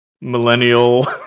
millennial